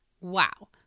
Wow